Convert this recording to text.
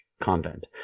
content